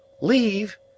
Leave